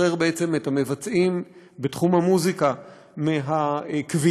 משחרר בעצם את המבצעים בתחום המוזיקה מהכבילה